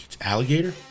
Alligator